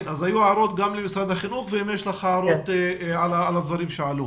אז היו הערות גם למשרד החינוך ואם יש לך הערות על הדברים שעלו.